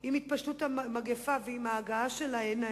עם התפשטות המגפה ועם ההגעה שלה הנה,